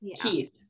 Keith